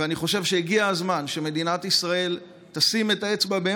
ואני חושב שהגיע הזמן שמדינת ישראל תשים את האצבע על